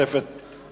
חבר הכנסת אמנון